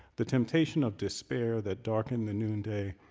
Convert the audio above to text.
the temptation of despair that darkened the noon day,